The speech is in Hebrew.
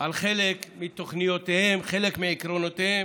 על חלק מתוכניותיהם, חלק מעקרונותיהם.